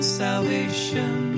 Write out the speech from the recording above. salvation